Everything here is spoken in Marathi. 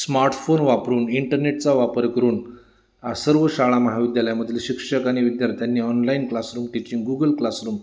स्मार्टफोन वापरून इंटरनेटचा वापर करून हा सर्व शाळा महाविद्यालयामधील शिक्षक आणि विद्यार्थ्यांनी online classroom teaching Google classroom